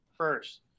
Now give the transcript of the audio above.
first